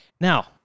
Now